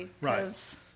Right